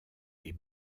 est